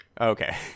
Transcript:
Okay